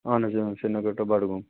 اَہَن حظ اۭں سرینگر ٹُہ بَڈٕگوم